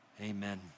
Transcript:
Amen